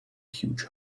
huge